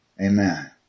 Amen